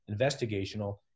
investigational